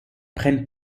prennent